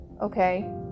Okay